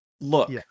look